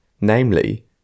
namely